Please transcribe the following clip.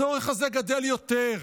הצורך הזה גדל יותר.